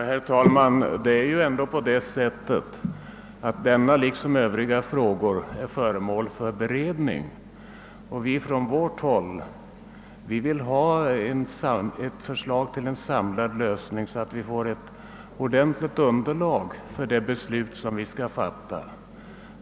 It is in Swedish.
Herr talman! Det är väl ändå på det sättet att denna, liksom övriga frågor, är föremål för beredning. Från vårt håll vill vi ha ett förslag till en samlad lösning, så att vi får ett ordentligt underlag för det beslut som skall fattas.